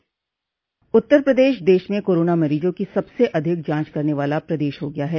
उत्तर प्रदेश दश में कोरोना मरीजों की सबसे अधिक जांच करने वाला प्रदेश हो गया है